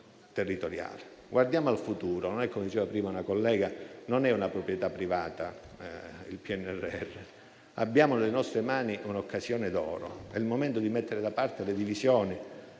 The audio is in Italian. Guardiamo al futuro. Il PNRR non è - come diceva prima una collega - proprietà privata. Abbiamo nelle nostre mani un'occasione d'oro ed è il momento di mettere da parte le divisioni,